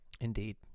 Indeed